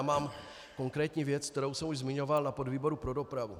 Mám konkrétní věc, kterou jsem už zmiňoval na výboru pro dopravu.